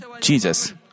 Jesus